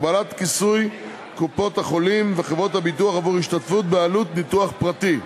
הגבלת כיסוי קופות-החולים וחברות הביטוח עבור השתתפות בעלות ביטוח פרטי,